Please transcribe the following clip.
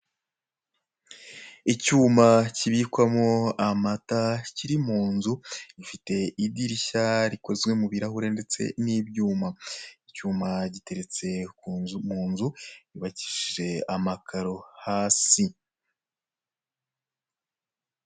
Icyuma kibikwamo amata kiri mu nzu gifite idirishya rikozwe mu birahure ndetse no mubyuma, icyuma giteretse mu nzu yubakishije amakaro hasi.